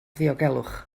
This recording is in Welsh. ddiogelwch